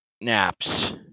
naps